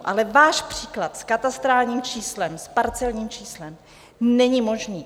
Ale váš příklad s katastrálním číslem, s parcelním číslem není možný.